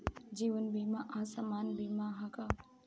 जीवन बीमा आ सामान्य बीमा का ह?